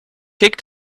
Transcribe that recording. kick